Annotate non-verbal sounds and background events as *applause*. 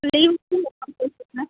leave *unintelligible*